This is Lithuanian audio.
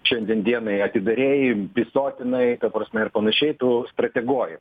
šiandien dienai atidarei prisotinai ta prasme ir panašiai tu strateguoji